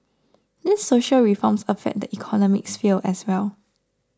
these social reforms affect the economic sphere as well